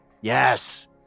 Yes